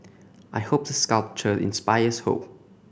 I hope the sculpture inspires hope